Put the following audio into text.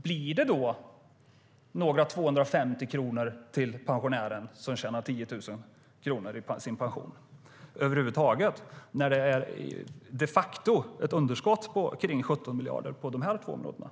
Blir det några 250 kronor till pensionären som har 10 000 kronor i pension när det de facto är ett underskott kring 17 miljarder på de här två områdena?